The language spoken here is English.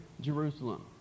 Jerusalem